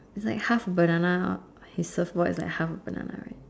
it's like half banana his surfboard is like half a banana right